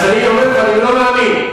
אני לא מאמין.